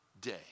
day